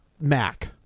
mac